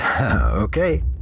Okay